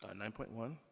ah nine point one,